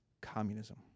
communism